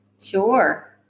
Sure